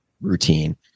routine